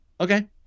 okay